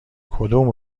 کدوم